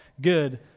good